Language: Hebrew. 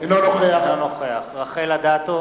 אינו נוכח רחל אדטו,